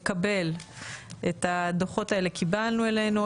את הדו"חות האלה קיבלנו אלינו,